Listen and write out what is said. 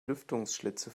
lüftungsschlitze